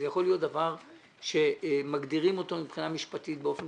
זה יכול להיות דבר שמגדירים אותו מבחינה משפטית באופן